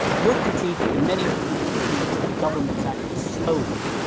your critique and many people's critique is that the governments acted slowly.